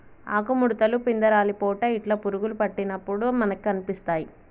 ఆకు ముడుతలు, పిందె రాలిపోవుట ఇట్లా పురుగులు పట్టినప్పుడు మనకు కనిపిస్తాయ్